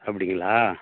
அப்படிங்களா